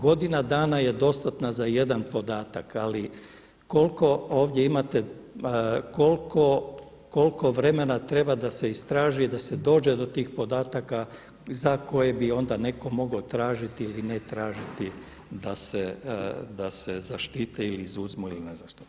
Godina dana je dostatna za jedan podatak ali koliko ovdje imate, koliko, koliko vremena treba da se istraži i da se dođe do tih podataka za koje bi onda netko mogao tražiti ili ne tražiti da se zaštiti ili izuzmu ili ne znam što.